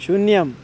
शून्यम्